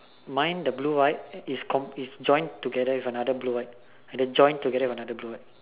mine the blue white is com~ is join together with another blue white and then joined together with another blue white